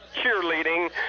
cheerleading